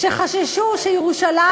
כשחששו שירושלים,